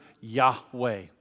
Yahweh